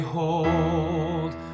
Behold